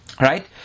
right